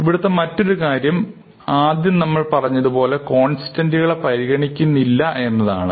ഇവിടുത്തെ മറ്റൊരു കാര്യം ആദ്യം നമ്മൾ പറഞ്ഞതുപോലെ കോൺസ്റ്റണ്ടുകളെ പരിഗണിക്കുന്നില്ല എന്നതാണ്